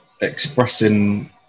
expressing